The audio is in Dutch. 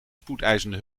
spoedeisende